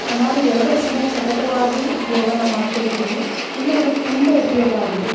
ನಾನು ಎರಡು ವರ್ಷದಿಂದ ಸತತವಾಗಿ ಯೋಗಾನ ಮಾಡ್ಕೊಳ್ತಿದ್ದೀನಿ ಇದನ್ನ ನನಗೆ ತುಂಬ ಉಪಯೋಗ ಆಗಿದೆ